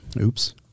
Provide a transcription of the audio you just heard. Oops